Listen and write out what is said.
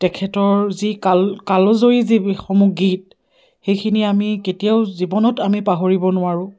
তেখেতৰ যি কাল কালজয়ী যিসমূহ গীত সেইখিনি আমি কেতিয়াও জীৱনত আমি পাহৰিব নোৱাৰোঁ